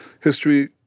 History